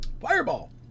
Fireball